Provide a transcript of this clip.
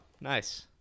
Nice